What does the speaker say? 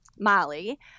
Molly